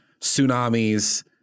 tsunamis